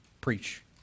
preach